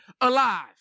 alive